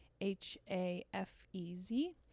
H-A-F-E-Z